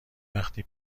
وقتی